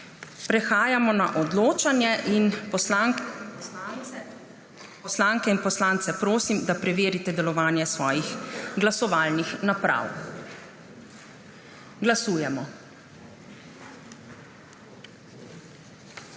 Prehajamo na odločanje. Poslanke in poslance prosim, da preverite delovanje svojih glasovalnih naprav. Glasujemo.